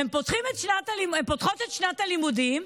הן פותחות את שנת הלימודים,